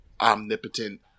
omnipotent